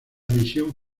misión